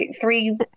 three